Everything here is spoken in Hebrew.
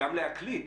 גם להקליט.